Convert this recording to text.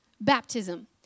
baptism